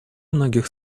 многих